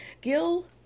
Gil